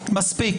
ומי האפסים?